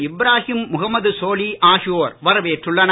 இப்ராஹிம் முகம்மது சோலி ஆகியோர் வரவேற்றுள்ளனர்